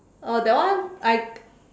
uh that one I